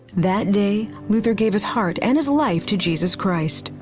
that day luther gave his heart and his life to jesus christ.